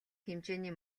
хэмжээний